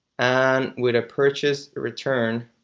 and with a purchase return